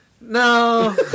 No